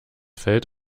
fällt